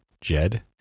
jed